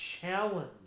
challenge